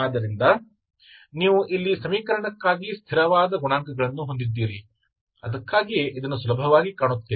ಆದ್ದರಿಂದ ನೀವು ಇಲ್ಲಿ ಸಮೀಕರಣಕ್ಕಾಗಿ ಸ್ಥಿರವಾದ ಗುಣಾಂಕವನ್ನು ಹೊಂದಿದ್ದೇವೆ ಅದಕ್ಕಾಗಿಯೇ ಇದನ್ನು ಸುಲಭವಾಗಿ ಕಾಣುತ್ತೇವೆ